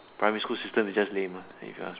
primary school system is just lame uh if you ask me